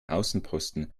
außenposten